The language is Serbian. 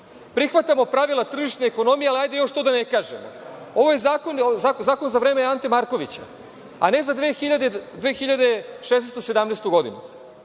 Prihvatamo pravila tržišne ekonomije, ali hajde još, što da ne kažemo. Ovaj zakon je zakon za vreme Ante Markovića, a ne za 2016. i